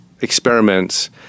experiments